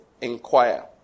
inquire